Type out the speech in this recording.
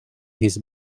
his